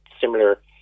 similar